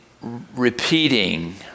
repeating